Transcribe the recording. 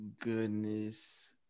goodness